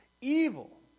evil